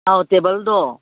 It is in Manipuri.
ꯑꯧ ꯇꯦꯕꯜꯗꯣ